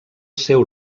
seu